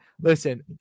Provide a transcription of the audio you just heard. Listen